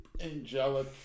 angelic